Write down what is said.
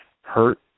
hurt